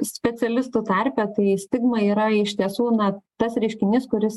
specialistų tarpe tai stigma yra iš tiesų na tas reiškinys kuris